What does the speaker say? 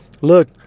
look